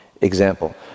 example